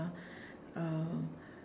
uh